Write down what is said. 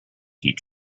heat